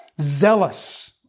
zealous